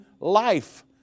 life